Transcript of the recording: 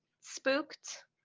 spooked